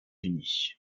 unis